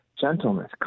gentleness